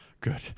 good